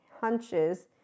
hunches